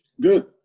Good